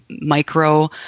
micro